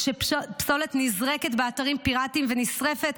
כשפסולת נזרקת באתרים פיראטיים ונשרפת,